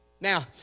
Now